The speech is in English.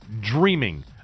dreaming